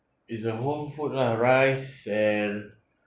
is a home food lah rice and